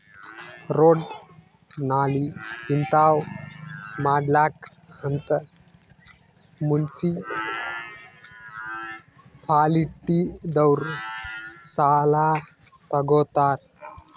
road, ನಾಲಿ ಹಿಂತಾವ್ ಮಾಡ್ಲಕ್ ಅಂತ್ ಮುನ್ಸಿಪಾಲಿಟಿದವ್ರು ಸಾಲಾ ತಗೊತ್ತಾರ್